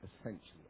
essentially